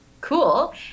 Cool